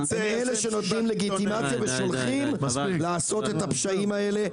אלה שנותנים לגיטימציה ושולחים לעשות את הפשעים האלה.